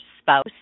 spouse